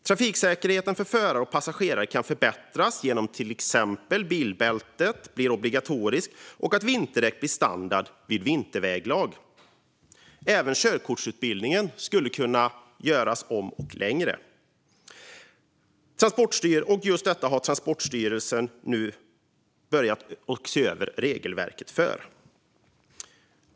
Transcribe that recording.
Trafiksäkerheten för förare och passagerare kan förbättras genom att till exempel bilbälte blir obligatoriskt och att vinterdäck blir standard vid vinterväglag. Även körkortsutbildningen skulle kunna göras om och bli längre. Just detta regelverk har Transportstyrelsen nu börjat att se över.